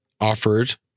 offered